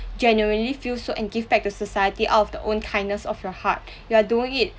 genuinely feel so and give back to society out of the own kindness of your heart you are doing it